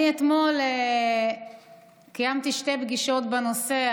אתמול קיימתי שתי פגישות בנושא,